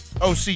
OC